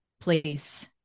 place